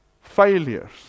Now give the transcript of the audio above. failures